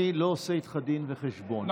אני לא עושה איתך דין וחשבון,